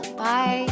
Bye